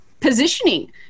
positioning